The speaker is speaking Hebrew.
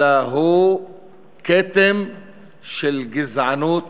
אלא הם כתם של גזענות